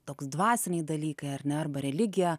toks dvasiniai dalykai ar ne arba religija